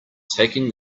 taking